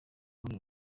muri